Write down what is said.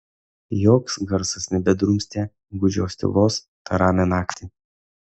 joks garsas nebedrumstė gūdžios tylos tą ramią naktį